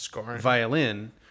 violin